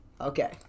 Okay